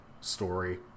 story